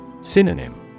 Synonym